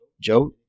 Joe